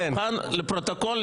אני מוכן לספר לפרוטוקול,